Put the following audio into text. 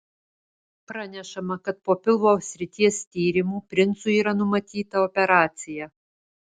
pranešama kad po pilvo srities tyrimų princui yra numatyta operacija